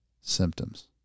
symptoms